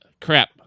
Crap